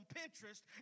Pinterest